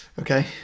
Okay